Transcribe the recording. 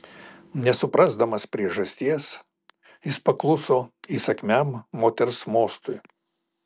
nesuprasdamas priežasties jis pakluso įsakmiam moters mostui